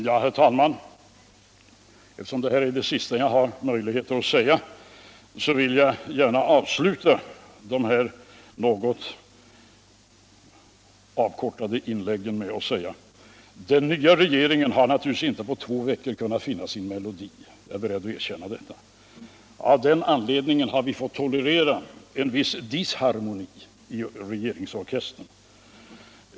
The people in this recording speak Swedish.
Herr talman! Fftersom det här är det sista jag har möjlighet att säga. vill jag gärna avsluta de här något avkortade inläggen med att säga: Ållmänpolitisk debatt Allmänpolitisk debatt Den nya regeringen har naturligtvis inte på två veckor kunnat finna sin melodi, jag är beredd att erkänna deua. Av den anledningen har vi fått tolerera en viss disharmoni i regeringsorkestern.